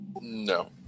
No